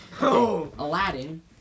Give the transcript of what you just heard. Aladdin